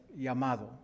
llamado